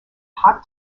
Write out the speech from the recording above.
hot